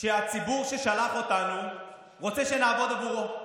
שהציבור ששלח אותנו רוצה שנעבוד עבורו,